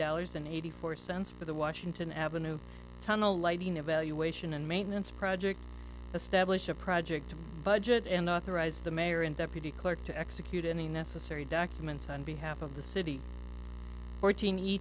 dollars and eighty four cents for the washington avenue tunnel lighting evaluation and maintenance project establish a project budget and authorized the mayor and deputy clerk to execute any necessary documents on behalf of the city fourteen